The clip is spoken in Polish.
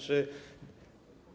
Czy